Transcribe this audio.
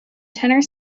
tenor